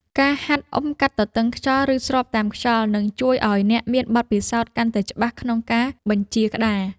ការហាត់អុំកាត់ទទឹងខ្យល់ ឬស្របតាមខ្យល់ នឹងជួយឱ្យអ្នកមានបទពិសោធន៍កាន់តែច្បាស់ក្នុងការបញ្ជាក្តារ។